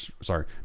sorry